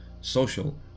social